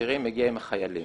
אסירים מגיע עם החיילים.